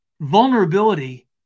vulnerability